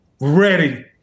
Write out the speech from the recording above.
ready